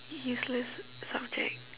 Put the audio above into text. useless subject